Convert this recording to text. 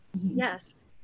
Yes